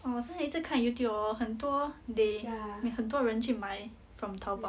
哦现在我一直看 Youtube hor 很多 they 很多人去买 from 淘宝